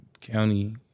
county